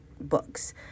books